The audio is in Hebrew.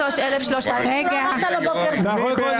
23,361 עד 23,380. מי בעד?